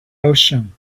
ocean